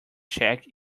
check